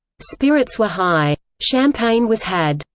spirits were high. champagne was had.